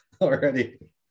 already